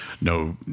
no